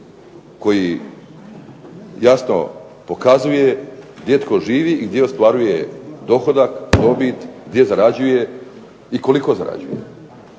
koji jasno pokazuje gdje tko živi i gdje ostvaruje dohodak, dobit, gdje zarađuje i koliko zarađuje.